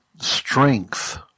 strength